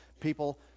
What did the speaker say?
People